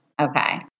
okay